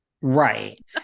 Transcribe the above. Right